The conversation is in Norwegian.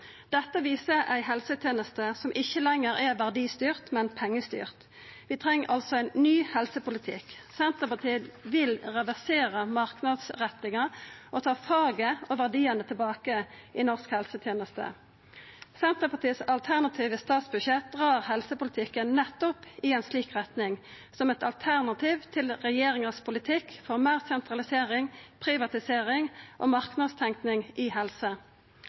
Dette viser ei helseteneste som ikkje lenger er verdistyrt, men pengestyrt. Vi treng altså ein ny helsepolitikk. Senterpartiet vil reversera marknadsrettinga og ta faget og verdiane tilbake i norsk helseteneste. Senterpartiets alternative statsbudsjett drar helsepolitikken nettopp i ei slik retning, som eit alternativ til regjeringas politikk for meir sentralisering, privatisering og marknadstenking innan helse. Senterpartiet prioriterer førebygging og folkehelsetiltak, som fysisk aktivitet i